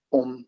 om